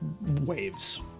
waves